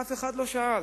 אף אחד לא שאל,